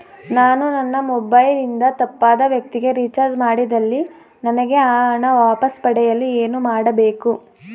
ನಾನು ನನ್ನ ಮೊಬೈಲ್ ಇಂದ ತಪ್ಪಾದ ವ್ಯಕ್ತಿಗೆ ರಿಚಾರ್ಜ್ ಮಾಡಿದಲ್ಲಿ ನನಗೆ ಆ ಹಣ ವಾಪಸ್ ಪಡೆಯಲು ಏನು ಮಾಡಬೇಕು?